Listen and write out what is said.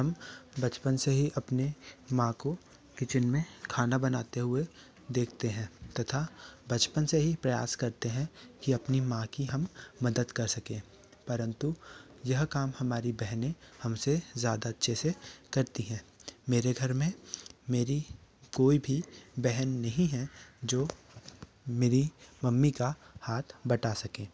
हम बचपन से ही अपने माँ को किचेन में खाना बनाते हुए देखते हैं तथा बचपन से ही प्रयास करते हैं कि अपनी माँ की हम मदद कर सके परन्तु यह काम हमारी बहनें हमसे ज़्यादा अच्छे से करती हैं मेरे घर में मेरी कोई भी बहन नहीं है जो मेरी मम्मी का हाथ बटा सके